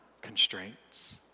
constraints